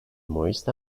moist